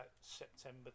september